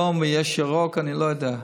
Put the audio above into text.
יש אדום ויש ירוק, אני לא יודע.